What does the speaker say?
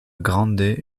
grande